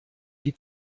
die